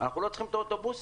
אנחנו לא צריכים את האוטובוסים.